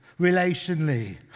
relationally